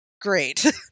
great